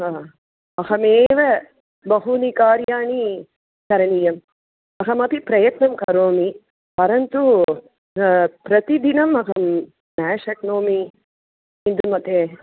अहमेव बहूनि कार्याणि करणीयम् अहमपि प्रयत्नं करोमि परन्तु प्रतिदिनम् अहं न शक्नोमि इन्दुमते